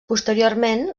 posteriorment